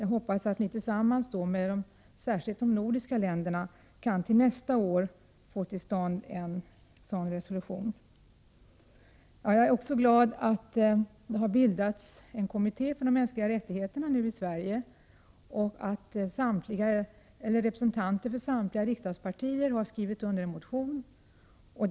Jag hoppas att vi tillsammans särskilt med de nordiska länderna till nästa år kan få till stånd en resolution. Jag är också glad att det har bildats en kommitté för mänskliga rättigheter i Sverige och att representanter för samtliga riksdagspartier har skrivit en motion i ärendet.